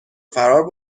فرار